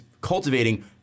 cultivating